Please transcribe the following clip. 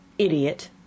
Idiot